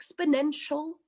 Exponential